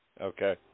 Okay